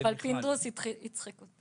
על